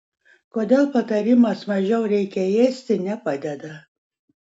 kodėl patarimas mažiau reikia ėsti nepadeda